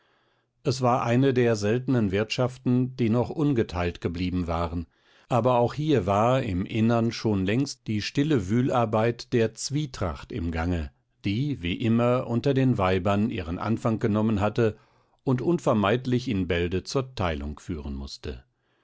es war eine der seltenen wirtschaften die noch ungeteilt geblieben waren aber auch hier war im innern schon längst die stille wühlarbeit der zwietracht im gange die wie immer unter den weibern ihren anfang genommen hatte und unvermeidlich in bälde zur teilung führen mußte